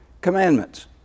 commandments